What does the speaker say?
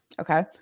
okay